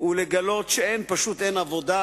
ולגלות שאין עבודה,